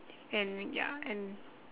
and ya and